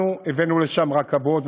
אנחנו הבאנו לשם רכבות,